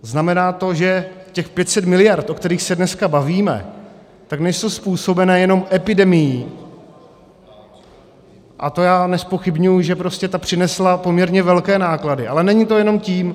Znamená to, že těch 500 mld., o kterých se dneska bavíme, ty nejsou způsobené jenom epidemií, a to já nezpochybňuji, že prostě ta přinesla poměrně velké náklady, ale není to jenom tím.